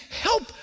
help